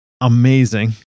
amazing